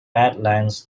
badlands